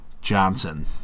Johnson